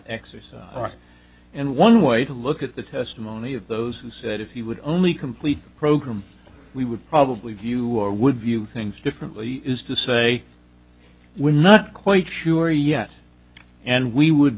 exercise and one way to look at the testimony of those who said if he would only complete the program we would probably view or would view things differently is to say we're not quite sure yet and we would